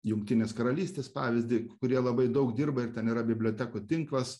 jungtinės karalystės pavyzdį kurie labai daug dirba ir ten yra bibliotekų tinklas